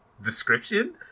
description